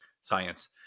Science